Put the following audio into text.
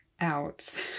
out